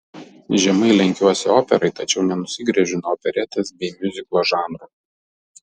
žemai lenkiuosi operai tačiau nenusigręžiu nuo operetės bei miuziklo žanrų